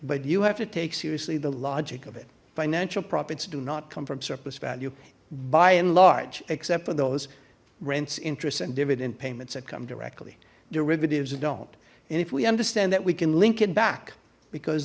but you have to take seriously the logic of it financial profits do not come from surplus value by and large except for those rents interests and dividend payments that come directly derivatives don't and if we understand that we can link it back because